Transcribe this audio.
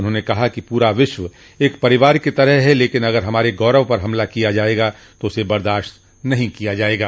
उन्होंने कहा कि पूरा विश्व एक परिवार की तरह है लेकिन अगर हमारे गौरव पर हमला किया जाएगा तो उसे बर्दाश्त नहीं किया जाएगा